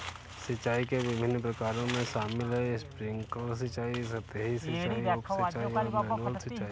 सिंचाई के विभिन्न प्रकारों में शामिल है स्प्रिंकलर सिंचाई, सतही सिंचाई, उप सिंचाई और मैनुअल सिंचाई